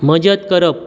मजत करप